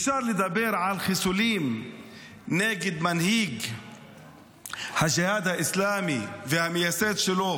אפשר לדבר על חיסולים נגד מנהיג הג'יהאד האסלאמי והמייסד שלו,